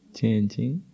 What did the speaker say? Changing